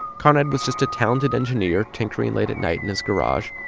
conrad was just a talented engineer tinkering late at night in his garage,